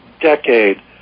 decade